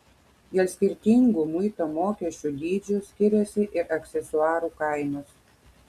dėl skirtingų muito mokesčių dydžių skiriasi ir aksesuarų kainos